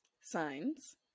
Signs